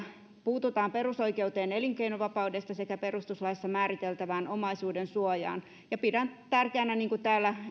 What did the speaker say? puututaan perusoikeuteen elinkeinovapaudesta sekä perustuslaissa määriteltävään omaisuudensuojaan pidän tärkeänä niin kuin täällä